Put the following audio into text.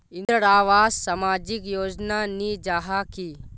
इंदरावास सामाजिक योजना नी जाहा की?